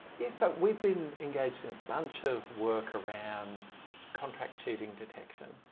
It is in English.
yes, so we've been engaged in a bunch of work around contract cheating detection.